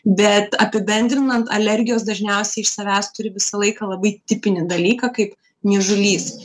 bet apibendrinant alergijos dažniausiai iš savęs turi visą laiką labai tipinį dalyką kaip niežulys